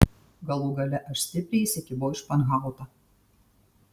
galų gale aš stipriai įsikibau į španhautą